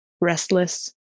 Restless